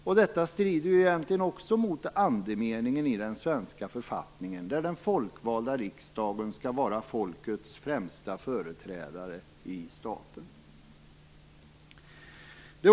Också detta strider ju egentligen mot andemeningen i den svenska författningen, som säger att den folkvalda riksdagen skall vara folkets främsta företrädare i staten.